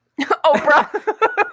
Oprah